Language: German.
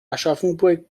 aschaffenburg